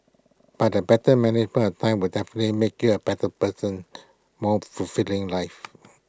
but A better management of time will definitely make you A better person more fulfilling life